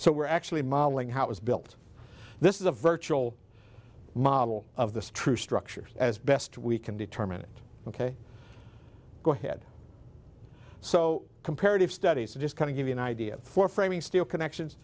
so we're actually modeling how it was built this is a virtual model of the true structures as best we can determine it ok go ahead so comparative studies to just kind of give you an idea for framing steel connections